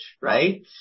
right